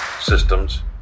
systems